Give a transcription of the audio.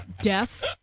deaf